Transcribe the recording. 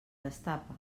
destapa